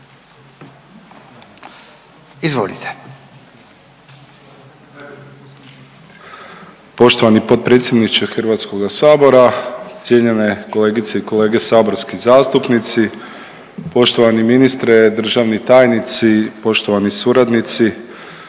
(HDZ)** Poštovani potpredsjedniče Hrvatskoga sabora, cijenjene kolegice i kolege saborski zastupnici, poštovani ministre, državni tajnici, poštovani suradnici,